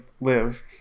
live